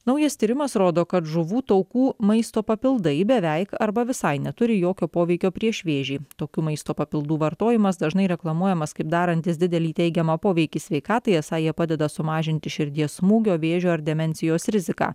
naujas tyrimas rodo kad žuvų taukų maisto papildai beveik arba visai neturi jokio poveikio prieš vėžį tokių maisto papildų vartojimas dažnai reklamuojamas kaip darantys didelį teigiamą poveikį sveikatai esą jie padeda sumažinti širdies smūgio vėžio ar demencijos riziką